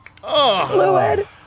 Fluid